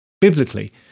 Biblically